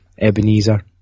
Ebenezer